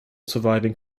surviving